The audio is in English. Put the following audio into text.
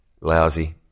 lousy